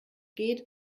geht